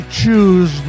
choose